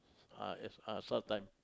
ah yes uh S_A_R_S time